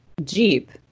jeep